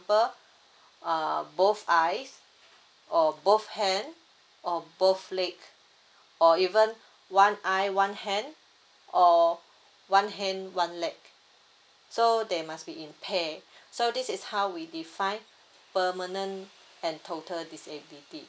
~ple uh both eyes or both hand or both leg or even one eye one hand or one hand one leg so they must be in pair so this is how we define permanent and total disability